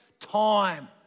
time